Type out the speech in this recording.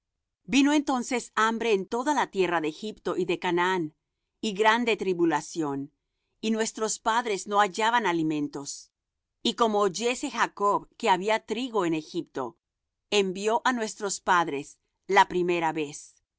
vino entonces hambre en toda la tierra de egipto y de canaán y grande tribulación y nuestros padres no hallaban alimentos y como oyese jacob que había trigo en egipto envió á nuestros padres la primera vez